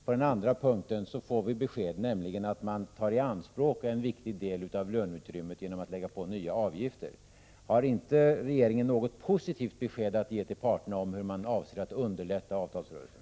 På den andra får vi besked, nämligen att man tar i anspråk en viktig del av löneutrymmet genom att lägga på nya avgifter. Har inte regeringen något positivt besked att ge till parterna om hur regeringen avser att underlätta avtalsrörelsen?